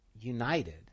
united